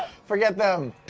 forget them,